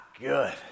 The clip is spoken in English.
good